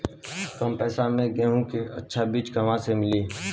कम पैसा में गेहूं के अच्छा बिज कहवा से ली?